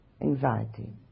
anxiety